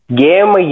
game